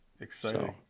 Exciting